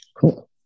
Cool